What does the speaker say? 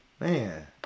man